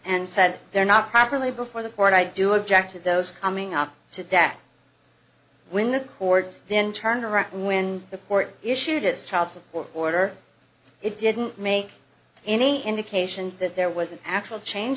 and said they are not properly before the court i do object to those coming up today when the chords then turn around when the court issued his child support order it didn't make any indication that there was an actual change